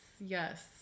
yes